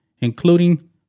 including